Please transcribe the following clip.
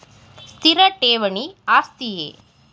ಸ್ಥಿರ ಠೇವಣಿ ಆಸ್ತಿಯೇ?